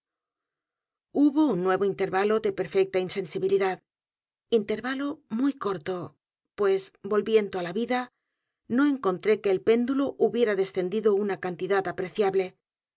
hubo un nuevo intervalo de perfecta insensibilidad intervalo muy corto pues volviendo á la vida no encontré que el péndulo hubiera descendido una cantidad apreciable